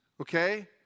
okay